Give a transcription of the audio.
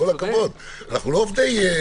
עם כל הכבוד, אנחנו לא עובדי קבלן.